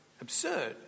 absurd